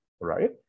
right